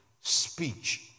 speech